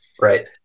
Right